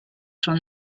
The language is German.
schon